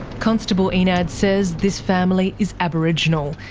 constable enad says this family is aboriginal,